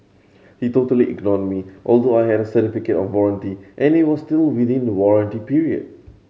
he totally ignored me although I had a certificate of warranty and it was still within the warranty period